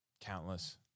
Countless